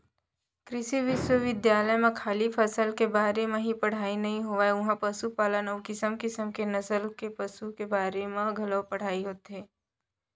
कृषि बिस्वबिद्यालय म खाली फसल के बारे म ही पड़हई नइ होवय उहॉं पसुपालन अउ किसम किसम के नसल के पसु के बारे म घलौ पढ़ाई होथे